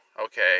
okay